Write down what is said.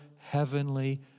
Heavenly